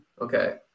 Okay